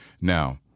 Now